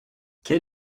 quel